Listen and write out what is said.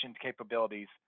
capabilities